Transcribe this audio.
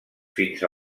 fins